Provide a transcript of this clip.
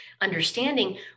understanding